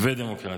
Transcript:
ודמוקרטית,